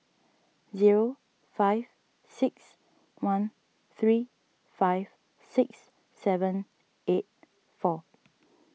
zero five six one three five six seven eight four